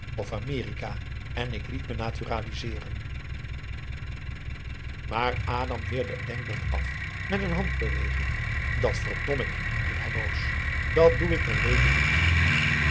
en ik liet me naturaliseeren maar adam weerde het denkbeeld af met n handbeweging dat verdom ik riep hij boos dat doe ik m'n leven niet